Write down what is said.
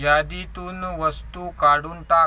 यादीतून वस्तू काढून टाक